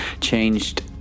changed